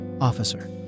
officer